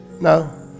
no